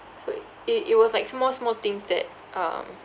so it it was like small small things that um